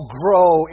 grow